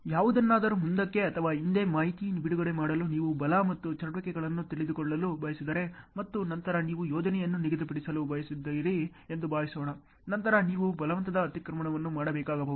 ಯಾವುದನ್ನಾದರೂ ಮುಂದಕ್ಕೆ ಅಥವಾ ಹಿಂದೆ ಮಾಹಿತಿಯನ್ನು ಬಿಡುಗಡೆ ಮಾಡಲು ನೀವು ಬಲ ಮತ್ತು ಚಟುವಟಿಕೆಗಳನ್ನು ತಿಳಿದುಕೊಳ್ಳಲು ಬಯಸಿದರೆ ಮತ್ತು ನಂತರ ನೀವು ಯೋಜನೆಯನ್ನು ನಿಗದಿಪಡಿಸಲು ಬಯಸಿದ್ದೀರಿ ಎಂದು ಭಾವಿಸೋಣ ನಂತರ ನೀವು ಬಲವಂತದ ಅತಿಕ್ರಮಣವನ್ನು ಮಾಡಬೇಕಾಗಬಹುದು